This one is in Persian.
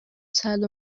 سلب